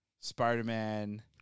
Spider-Man